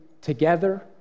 together